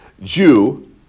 Jew